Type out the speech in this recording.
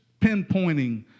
pinpointing